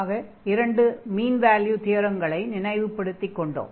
ஆக இரண்டு mean value தியரங்களை நினைவுபடுத்திக் கொண்டோம்